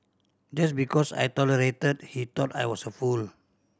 just because I tolerated he thought I was a fool